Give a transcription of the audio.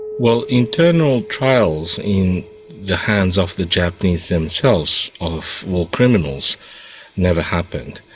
well, internal trials in the hands of the japanese themselves of war criminals never happened,